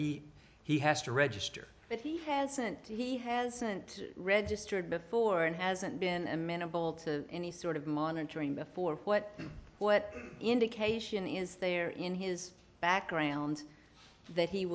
he he has to register but he hasn't he hasn't registered before and hasn't been amenable to any sort of monitoring before what what indication is there in his background that he